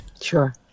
Sure